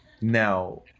Now